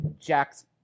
Jack's